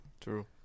True